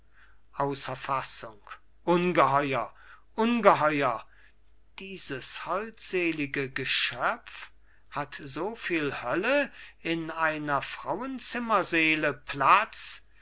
außer fassung ungeheuer ungeheuer dieses holdselige geschöpf hat so viel hölle in einer frauenzimmerseele platz